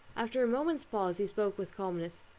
after a moment's pause, he spoke with calmness.